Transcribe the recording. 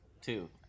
two